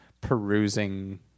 perusing